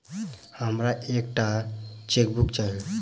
हमरा एक टा चेकबुक चाहि